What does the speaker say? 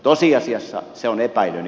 tosiasiassa se on epäilyni